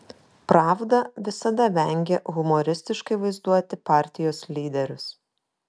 pravda visada vengė humoristiškai vaizduoti partijos lyderius